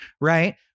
right